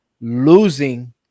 losing